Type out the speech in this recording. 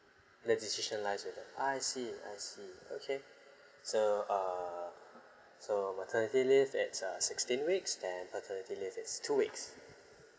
legislation liaise with that I see I see okay so uh so maternity leave at uh sixteen weeks then paternity leave is two weeks